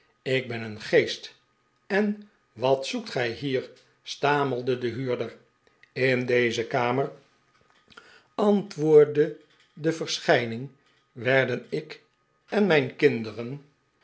ik ben een geest en wat zoekt gij hier stamelde de huurder in deze kamer antwoordde de verschijning werden ik en mijn kinder